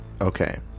Okay